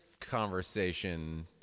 conversation